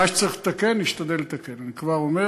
מה שצריך לתקן, נשתדל לתקן, אני כבר אומר.